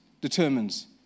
determines